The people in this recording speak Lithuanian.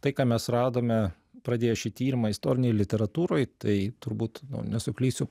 tai ką mes radome pradėję šį tyrimą istorinėj literatūroj tai turbūt nesuklysiu